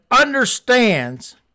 understands